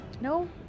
No